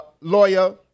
Lawyer